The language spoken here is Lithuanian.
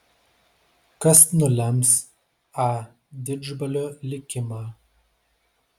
kas nulems a didžbalio likimą